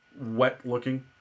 wet-looking